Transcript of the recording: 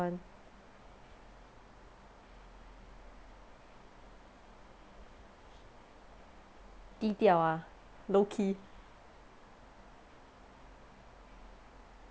低调 ah low-key